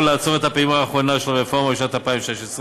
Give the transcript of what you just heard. לעצור את הפעימה האחרונה של הרפורמה בשנת 2016,